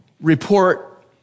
report